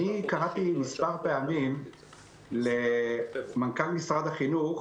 קראתי מספר פעמים למנכ"ל משרד החינוך